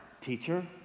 teacher